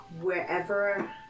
Wherever